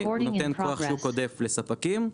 הוא נותן כוח שוק עודף לספקים,